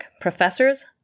professors